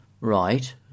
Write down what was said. Right